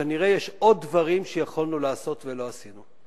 כנראה יש עוד דברים שיכולנו לעשות ולא עשינו,